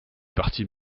partis